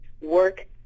work